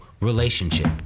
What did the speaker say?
relationship